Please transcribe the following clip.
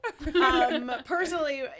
Personally